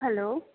hello